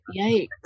yikes